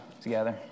together